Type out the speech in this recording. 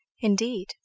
Indeed